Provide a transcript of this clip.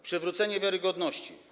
Przywrócenie wiarygodności.